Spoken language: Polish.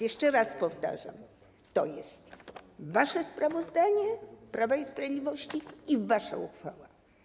Jeszcze raz powtarzam: to jest wasze sprawozdanie, Prawa i Sprawiedliwości, i wasza uchwała.